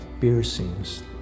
piercings